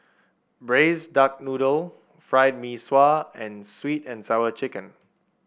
Braised Duck Noodle Fried Mee Sua and sweet and Sour Chicken